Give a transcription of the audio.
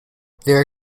there